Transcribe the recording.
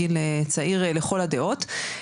גיל צעיר לכל הדעות,